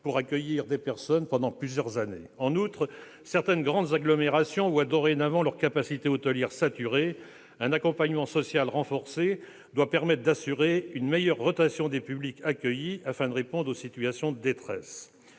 pour accueillir des personnes pendant plusieurs années. En outre, certaines grandes agglomérations voient dorénavant leur capacité hôtelière saturée. Un accompagnement social renforcé doit permettre d'assurer une meilleure rotation des publics accueillis afin de répondre aux situations de détresse.